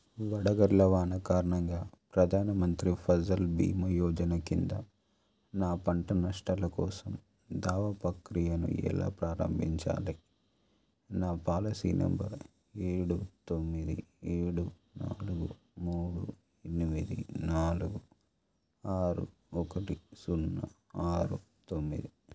వడగళ్ళ వాన కారణంగా ప్రధాన మంత్రి ఫసల్ భీమా యోజన కింద నా పంట నష్టాల కోసం దావా పక్రియను ఎలా ప్రారంభించాలి నా పాలసీ నంబర్ ఏడు తొమ్మిది ఏడు నాలుగు మూడు ఎనిమిది నాలుగు ఆరు ఒకటి సున్నా ఆరు తొమ్మిది